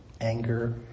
anger